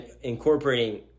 incorporating